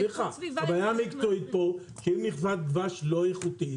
אם ייכנס לפה דבש לא איכותי,